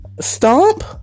Stomp